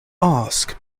ask